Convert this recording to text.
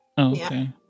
Okay